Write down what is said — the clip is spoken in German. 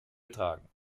getragen